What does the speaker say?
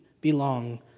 belong